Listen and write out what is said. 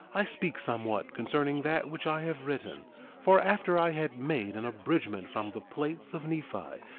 i speak somewhat concerning that which i have written for after i had made an abridgment from the plates of nephi,